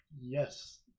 Yes